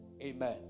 Amen